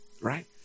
right